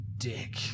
dick